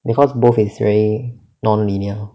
because both is very non-linear